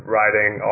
Writing